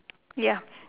ya